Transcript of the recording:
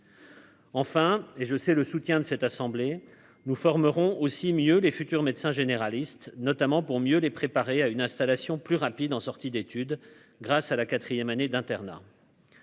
Enfin, et je sais le soutien de cette assemblée, nous formerons aussi mieux les futurs médecins généralistes, notamment pour mieux les préparer à une installation plus rapide en sortie d'études grâce à la 4ème année d'internat.